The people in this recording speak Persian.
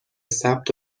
ثبت